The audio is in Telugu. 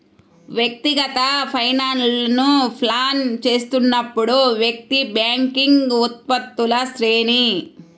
వ్యక్తిగత ఫైనాన్స్లను ప్లాన్ చేస్తున్నప్పుడు, వ్యక్తి బ్యాంకింగ్ ఉత్పత్తుల శ్రేణి